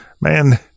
Man